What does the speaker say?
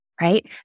right